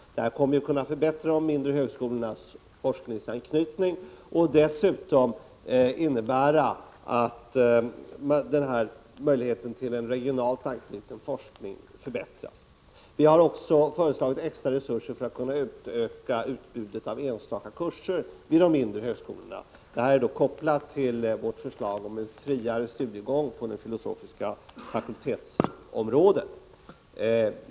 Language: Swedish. Ökade resurser kommer att kunna förbättra de mindre högskolornas forskningsanknytning och dessutom innebära att möjligheten till en regionalt anknuten forskning förbättras. Vi har också föreslagit extra resurser för att man skall kunna utöka utbudet av enstaka kurser vid de mindre högskolorna. Detta är kopplat till vårt förslag om en friare studiegång på de filosofiska fakultetsområdena.